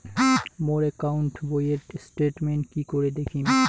মোর account বইয়ের statement কি করি দেখিম?